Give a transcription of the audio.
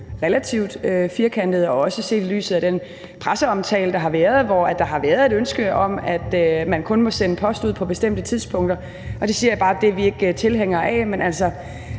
relativt firkantet, også set i lyset af den presseomtale, der har været, hvor der har været et ønske om, at man kun må sende post ud på bestemte tidspunkter. Det siger jeg bare at vi ikke er tilhængere af. Men vi